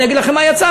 אני אגיד לכם מה יצא,